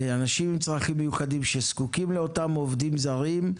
אנשים עם צרכים מיוחדים שזקוקים לאותם עובדים זרים.